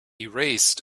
erased